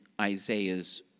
Isaiah's